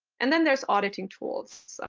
and then there's auditing tools.